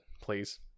please